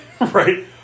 right